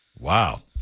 Wow